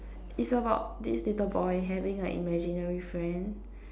is about this little boy having an imaginary friend